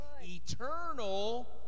eternal